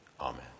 amen